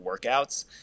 workouts